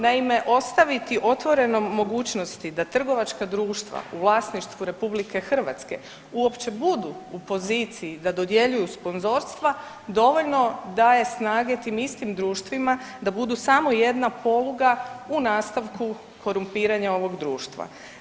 Naime, ostaviti otvorenom mogućnosti da trgovačka društva u vlasništvu RH uopće budu u poziciji da dodjeljuju sponzorstva dovoljno daje snage tim istim društvima da budu samo jedna pologa u nastavku korumpiranja ovog društva.